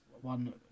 one